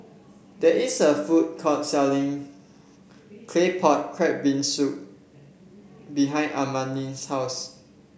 there is a food court selling Claypot Crab Bee Hoon Soup behind Amani's house